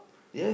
ya